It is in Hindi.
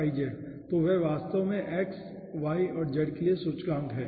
तो वे वास्तव में x y और z के लिए सूचकांक हैं